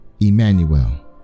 Emmanuel